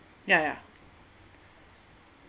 yeah yeah